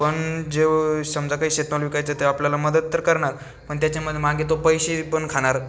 पण जेव समजा काही शेतमाल विकायचा आहे तर आपल्याला मदत तर करणार पण त्याच्यामधे मागे तो पैसे पण खाणार